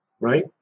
right